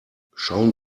schauen